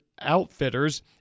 Outfitters